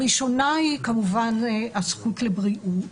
הראשונה היא כמובן הזכות לבריאות.